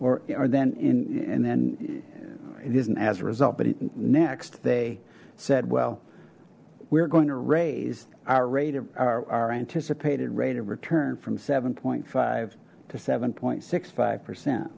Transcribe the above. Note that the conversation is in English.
or are then in and then it isn't as a result but next they said well we're going to raise our rate of our anticipated rate of return from seven point five to seven point six five percent